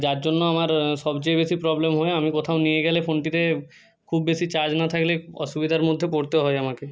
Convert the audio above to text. যার জন্য আমার সবচেয়ে বেশি প্রবলেম হয় আমি কোথাও নিয়ে গেলে ফোনটিতে খুব বেশি চার্জ না থাকলে অসুবিধার মধ্যে পড়তে হয় আমাকে